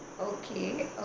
okay